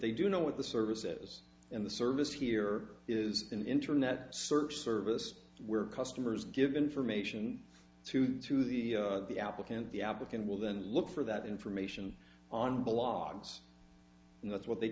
they do know what the service is in the service here is an internet search service where customers give information to to the the applicant the applicant will then look for that information on blogs and that's what they